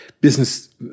business